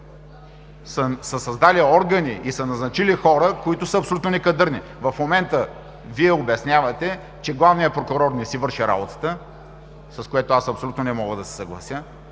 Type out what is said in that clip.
са създали органи и са назначили хора, които са абсолютно некадърни. В момента Вие обяснявате, че главният прокурор не си върши работата, с което аз абсолютно не мога да се съглася.